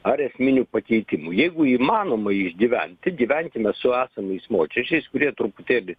ar esminių pakeitimų jeigu įmanoma išgyventi gyvenkime su esamais mokesčiais kurie truputėlį